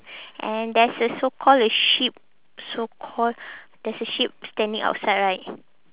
and there's a so call a sheep so call there's a sheep standing outside right